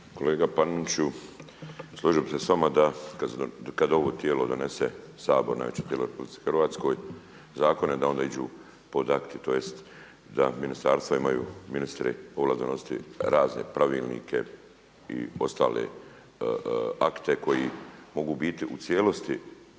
Kolega Paneniću, složio bi se s vama da kada ovo tijelo donese, Sabor najveće tijelo u RH zakone da onda iđu pod akti tj. da ministarstva imaju ministri ovlast donositi razne pravilnike i ostale akte koji mogu biti u cijelosti